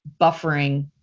buffering